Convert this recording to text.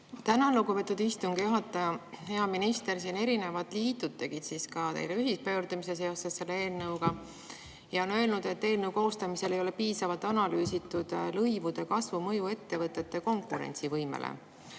Tänan, lugupeetud istungi juhataja! Hea minister! Erinevad liidud tegid ka teile ühispöördumise seoses selle eelnõuga ja on öelnud, et eelnõu koostamisel ei ole piisavalt analüüsitud lõivude kasvu mõju ettevõtete konkurentsivõimele